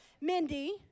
Mindy